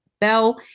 Bell